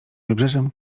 wybrzeżem